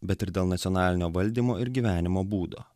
bet ir dėl nacionalinio valdymo ir gyvenimo būdo